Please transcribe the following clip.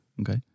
Okay